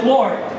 Lord